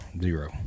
Zero